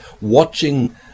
watching